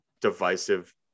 divisive